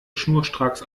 schnurstracks